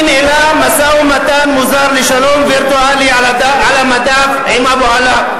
היא ניהלה משא-ומתן מוזר לשלום וירטואלי על המדף עם אבו עלא.